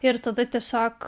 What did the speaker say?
ir tada tiesiog